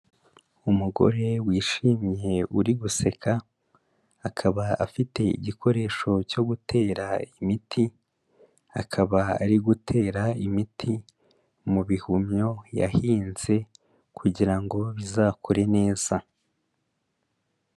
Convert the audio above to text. Umugore wishimye uri guseka, akaba afite igikoresho cyo gutera imiti, akaba ari gutera imiti mu bihumyo yahinze kugira ngo bizakure neza.